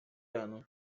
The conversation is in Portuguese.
ano